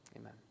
Amen